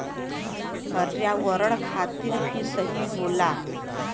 पर्यावरण खातिर भी सही होला